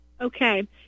Okay